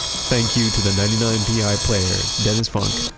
thank you to the ninety nine pi players, dennis funk,